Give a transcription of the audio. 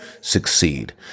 succeed